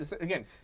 again